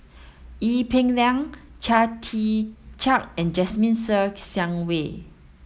Ee Peng Liang Chia Tee Chiak and Jasmine Ser Xiang Wei